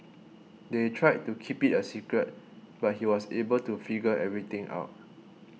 they tried to keep it a secret but he was able to figure everything out